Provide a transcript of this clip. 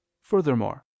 furthermore